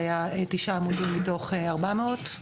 היה תשעה עמודים מתוך 400,